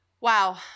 wow